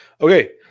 Okay